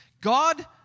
God